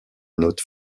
not